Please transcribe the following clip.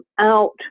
out